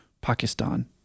Pakistan